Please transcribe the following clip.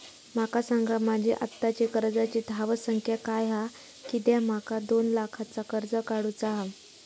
माका सांगा माझी आत्ताची कर्जाची धावसंख्या काय हा कित्या माका दोन लाखाचा कर्ज काढू चा हा?